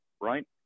right